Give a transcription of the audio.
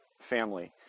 family